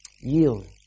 Yield